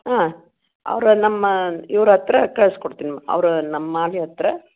ಹಾಂ ಅವ್ರ ನಮ್ಮ ಇವ್ರ ಹತ್ತಿರ ಕಳ್ಸಿ ಕೊಡ್ತೀನಿ ಮ ಅವ್ರ ನಮ್ಮ ಮಾಗಿ ಹತ್ತಿರ